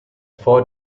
vor